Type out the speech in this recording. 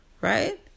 Right